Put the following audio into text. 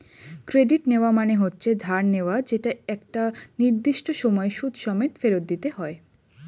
credit নেওয়া মানে হচ্ছে ধার নেওয়া যেটা একটা নির্দিষ্ট সময়ে সুদ সমেত ফেরত দিতে হয়